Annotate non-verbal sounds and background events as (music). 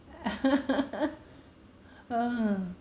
(laughs) ha